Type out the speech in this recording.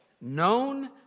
known